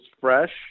fresh